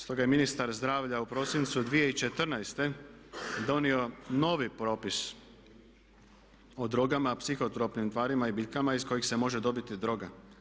Stoga je ministar zdravlja u prosincu 2014. donio novi propis o drogama, psihotropnim tvarima i biljkama iz kojih se može dobiti droga.